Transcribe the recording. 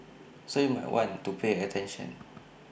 so you might want to pay attention